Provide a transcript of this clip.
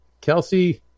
Kelsey